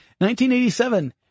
1987